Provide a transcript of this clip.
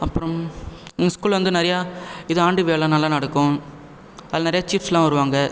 அப்புறம் எங்கள் ஸ்கூலில் வந்து நிறைய இது ஆண்டு விழாலாம் நல்லா நடக்கும் அதில் நிறைய சீஃப்ஸ்லாம் வருவாங்க